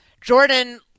Jordan